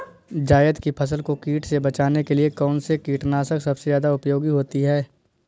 जायद की फसल को कीट से बचाने के लिए कौन से कीटनाशक सबसे ज्यादा उपयोगी होती है?